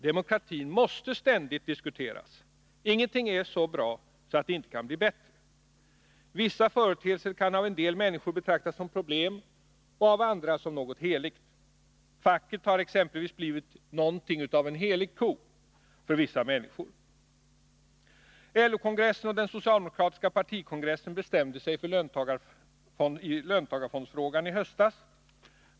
Demokratin måste ständigt diskuteras. Ingenting är så bra att det inte kan bli bättre. Vissa företeelser kan av en del människor betraktas som problem och av andra som något heligt. Facket har exempelvis blivit någonting av en ”helig ko” för vissa människor. LO-kongressen och den socialdemokratiska partikongressen bestämde sig i löntagarfondsfrågan i höstas.